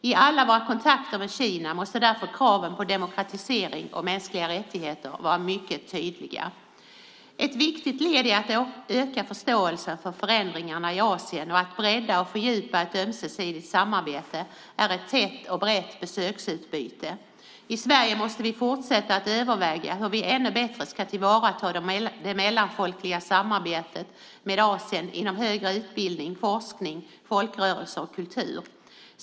I alla våra kontakter med Kina måste därför kraven på demokratisering och mänskliga rättigheter vara mycket tydliga. Ett viktigt led i att öka förståelsen för förändringarna i Asien och att bredda och fördjupa ett ömsesidigt samarbete är ett tätt och brett besöksutbyte. I Sverige måste vi fortsätta att överväga hur vi ännu bättre ska tillvarata det mellanfolkliga samarbetet med Asien inom högre utbildning, forskning, folkrörelser och kultur.